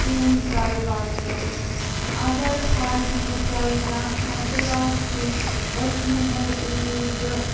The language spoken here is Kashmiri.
سِیُن گرٕ واتنٲوِتھ اگر حظ نہٕ تۄہہِ کانٛہہ اعتراض چھُو أسۍ یِمو اوٗرۍ تہٕ